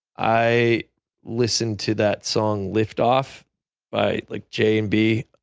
i listened to that song lift off by like j and b.